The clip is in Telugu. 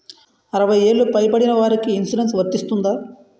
అరవై ఏళ్లు పై పడిన వారికి ఇన్సురెన్స్ వర్తిస్తుందా?